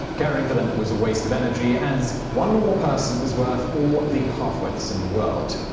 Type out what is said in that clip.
caring for them was a waste of energy as one normal person is worth all the half-wits in the world.